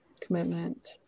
commitment